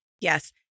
Yes